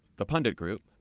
the pundit group,